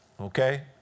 okay